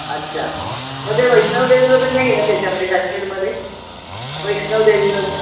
अच्छा मग ते वैष्णव देवी वगैरे नाही आहे त्याच्यामध्ये काश्मीरमध्ये वैष्णव देवी वगैरे